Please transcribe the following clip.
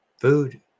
food